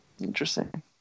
Interesting